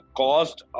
caused